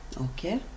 okay